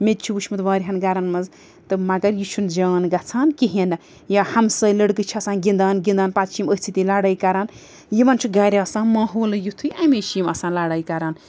مےٚ تہِ چھُ وٕچھمُت واریاہَن گَرَن منٛز تہٕ مگر یہِ چھُنہٕ جان گَژھان کِہیٖنۍ نہٕ یا ہمساے لٔڑکہٕ چھِ آسان گِنٛدان گِنٛدان پَتہٕ چھِ یِم أتھۍ سۭتی لَڑٲے کَران یِمَن چھُ گَرِ آسان ماحولٕے یُتھُے اَمی چھِ یِم آسان لَڑٲے کَران